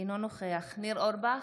אינו נוכח ניר אורבך,